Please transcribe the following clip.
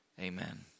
amen